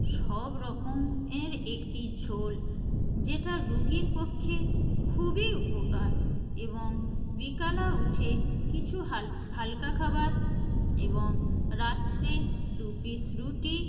সব রকম এর একটি ঝোল যেটা রুগীর পক্ষে খুবই উপকার এবং বিকালে উঠে কিছু হালকা খাবার এবং রাত্রে দু পিস রুটি